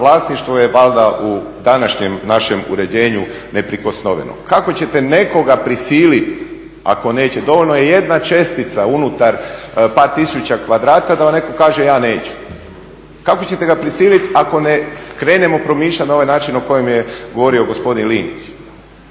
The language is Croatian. vlasništvo je valjda u današnjem našem uređenju neprikosnoveno. Kako ćete nekoga prisilit ako neće, dovoljno je jedna čestica unutar par tisuća kvadrata da vam netko kaže ja neću. Kako ćete ga prisilit ako ne krenemo promišljat na ovaj način o kojem je govorio gospodin Linić.